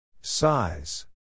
Size